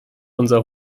unser